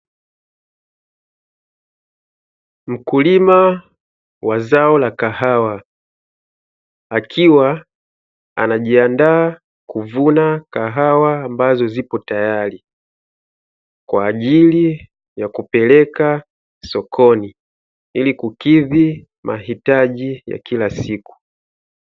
Mkulima wa zao la kahawa akiwa anajiandaa kuvuna kahawa ambazo zipo tayari, kwa ajili ya kupeleka sokoni, ili kukidhi mahitaji ya kila siku.